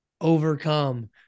overcome